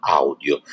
audio